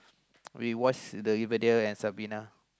we watch the Riverdale and Sabrina